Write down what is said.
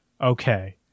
okay